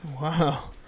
Wow